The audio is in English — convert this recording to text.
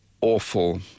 awful